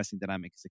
dynamic